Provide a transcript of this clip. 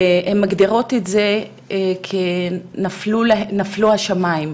הן מגדירות את זה כאילו נפלו השמיים.